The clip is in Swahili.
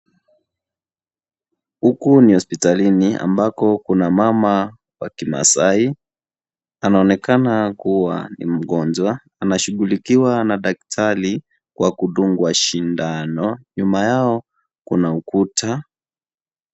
Huku ni hospitalini ambako kuna mama wa Kimasaai. Anaonekana kuwa ni mgonjwa. Anashughulikiwa na daktari kwa kudungwa sindano. Nyuma yao, kuna ukuta.